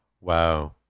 Wow